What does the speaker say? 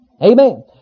Amen